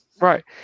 Right